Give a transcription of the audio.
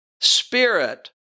spirit